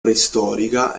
preistorica